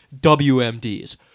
WMDs